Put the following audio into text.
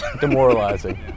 demoralizing